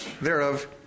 thereof